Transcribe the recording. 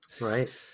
Right